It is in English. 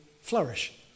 flourish